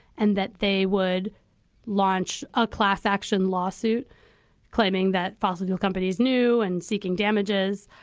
and that they would launch a class action lawsuit claiming that fossil fuel companies knew and seeking damages.